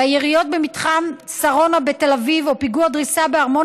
היריות במתחם שרונה בתל אביב או פיגוע הדריסה בארמון